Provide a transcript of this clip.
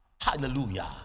Hallelujah